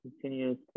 continuously